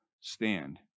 stand